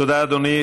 תודה, אדוני.